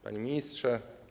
Panie Ministrze!